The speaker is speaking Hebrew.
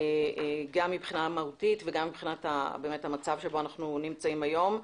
גם מבחינה מהותית וגם מבחינת המצב שבו אנו נמצאים היום.